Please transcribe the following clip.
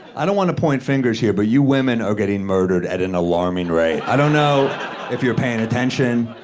i don't want to point fingers here, but you women are getting murdered at an alarming rate. i don't know if you're paying attention.